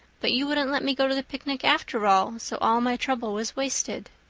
but you wouldn't let me go to the picnic after all, so all my trouble was wasted.